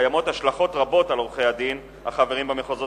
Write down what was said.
קיימות השלכות רבות על עורכי-הדין החברים במחוזות